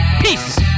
Peace